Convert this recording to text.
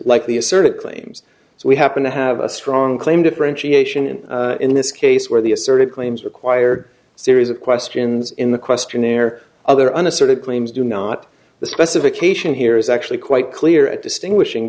so we happen to have a strong claim differentiation and in this case where the asserted claims require a series of questions in the questionnaire other unassertive claims do not the specification here is actually quite clear at distinguishing